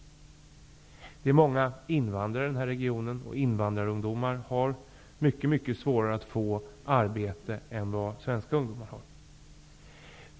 Det finns många invandrare i den här regionen, och invandrarungdomar har mycket svårare att få arbete än svenska ungdomar.